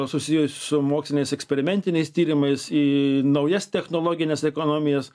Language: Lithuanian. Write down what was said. susijusios su moksliniais eksperimentiniais tyrimais į naujas technologines ekonomines